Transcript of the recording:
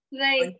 Right